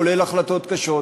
כולל החלטות קשות,